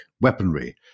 weaponry